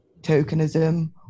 tokenism